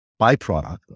byproduct